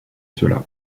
cela